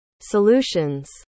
solutions